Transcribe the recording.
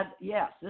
Yes